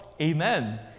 amen